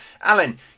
Alan